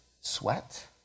sweat